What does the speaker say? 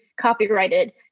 copyrighted